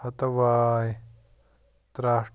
ہتہٕ واے ترٛٹھ